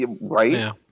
Right